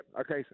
okay